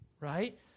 right